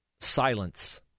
silence